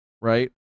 right